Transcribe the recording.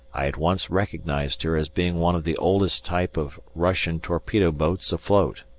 i at once recognized her as being one of the oldest type of russian torpedo boats afloat.